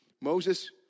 Moses